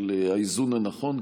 של האיזון הנכון,